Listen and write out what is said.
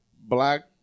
Black